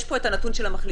יש פה הנתון של המחלימים.